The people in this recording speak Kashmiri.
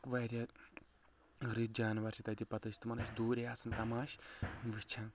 واریاہ رٕتۍ جانور چھِ تتہِ پتہٕ ٲسۍ تِمن أسۍ دوٗرے أسۍ تِمن تماش وٕچھان